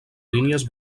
línies